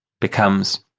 Becomes